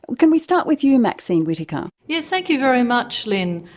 can we start with you, maxine whittaker? yes, thank you very much, lynne.